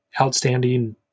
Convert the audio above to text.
outstanding